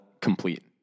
complete